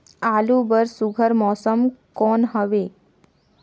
आलू बर सुघ्घर मौसम कौन हवे?